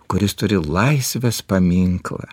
kuris turi laisvės paminklą